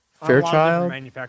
Fairchild